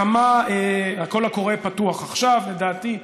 כמה, הקול הקורא פתוח עכשיו, לדעתי.